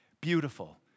beautiful